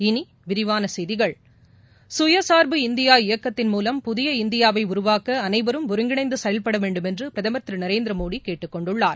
இனி விரிவான செய்திகள் சுயசார்பு இந்தியா இயக்கத்தின் மூலம் புதிய இந்தியாவை உருவாக்க அனைவரும் ஒருங்கிணைந்து செயல்பட வேண்டுமென்று பிரதமர் திரு நரேந்திரமோடி கேட்டுக் கொண்டுள்ளார்